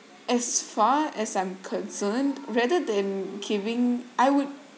as far as I'm concerned rather than giving I would